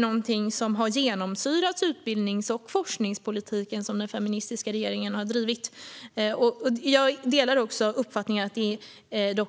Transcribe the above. Detta har genomsyrat den utbildnings och forskningspolitik som den feministiska regeringen har drivit. Jag delar också uppfattningen att det